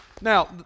Now